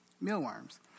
Mealworms